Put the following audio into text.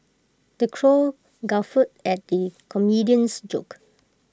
the crowd guffawed at the comedian's jokes